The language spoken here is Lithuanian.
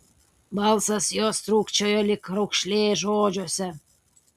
balsas jos trūkčioja lyg raukšlė žodžiuose